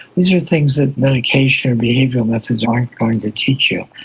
these are things that medication or behavioural methods aren't going to teach you.